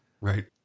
right